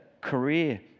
career